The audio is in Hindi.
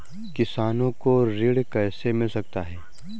किसानों को ऋण कैसे मिल सकता है?